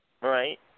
right